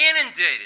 inundated